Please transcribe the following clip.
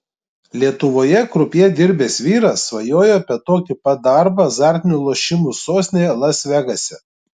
lietuvoje krupjė dirbęs vyras svajojo apie tokį pat darbą azartinių lošimų sostinėje las vegase